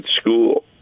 school